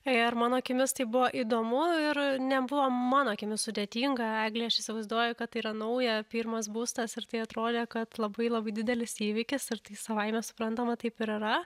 ir mano akimis tai buvo įdomu ir nebuvo mano akimis sudėtinga eglė aš įsivaizduoju kad tai yra nauja pirmas būstas ir tai atrodė kad labai labai didelis įvykis ir tai savaime suprantama taip ir yra